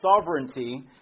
sovereignty